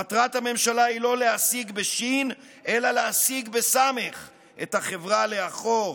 מטרת הממשלה היא לא להשיג בשי"ן אלא להסיג בסמ"ך את החברה לאחור,